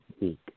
week